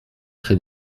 très